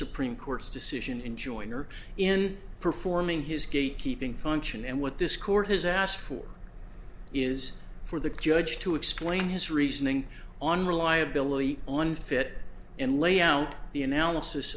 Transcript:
supreme court's decision in joyner in performing his gate keeping function and what this court has asked for is for the judge to explain his reasoning on reliability on fit and lay out the analysis